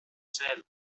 ser